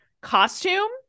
costume